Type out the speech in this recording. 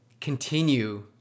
continue